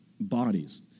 bodies